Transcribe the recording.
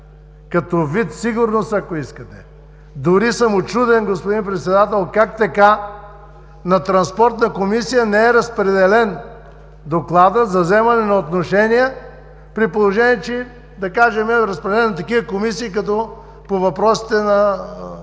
като вид сигурност, ако искате. Дори съм учуден, господин Председател, как така на Транспортна комисия не е разпределен Докладът за вземане на отношение, при положение че, да кажем, е разпределен на такива комисии като Комисията по въпросите на